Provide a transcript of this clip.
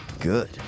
Good